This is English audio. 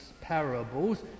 parables